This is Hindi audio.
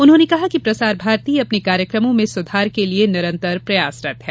उन्होंने कहा कि प्रसार भारती अपने कार्यक्रमों में सुधार के लिए निरंतर प्रयासरत है